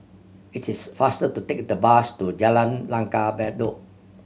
it is faster to take the bus to Jalan Langgar Bedok